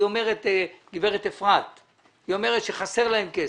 אומרת גברת אפרת שחסר להם כסף.